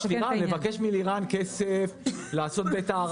נבקש מלירן כסף לעשות את ההערכה.